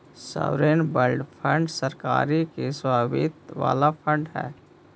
sovereign wealth fund सरकार के स्वामित्व वाला फंड हई